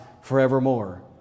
forevermore